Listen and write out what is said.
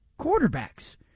quarterbacks